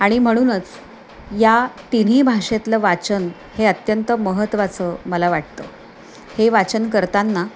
आणि म्हणूनच या तिन्ही भाषेतलं वाचन हे अत्यंत महत्त्वाचं मला वाटतं हे वाचन करताना